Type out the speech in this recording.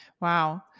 Wow